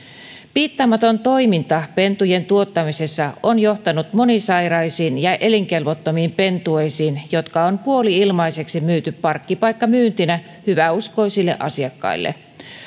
piittaamaton toiminta pentujen tuottamisessa on johtanut monisairaisiin ja elinkelvottomiin pentueisiin jotka on puoli ilmaiseksi myyty parkkipaikkamyyntinä hyväuskoisille asiakkaille